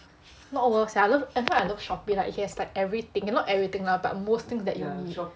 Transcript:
not worth sia I love I feel like I love shopee like it has like everything not everything lah but most things that you need